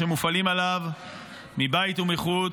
שמופעלים עליו מבית ומחוץ,